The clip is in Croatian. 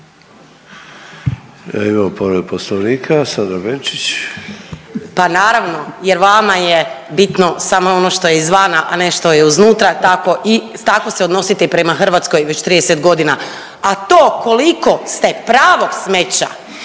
Sandra Benčić. **Benčić, Sandra (Možemo!)** Pa naravno jer vama je bitno samo ono što je izvana, a ne što je iznutra, tako i, tako se odnosite i prema Hrvatskoj već 30 godina. A to koliko ste pravog smeća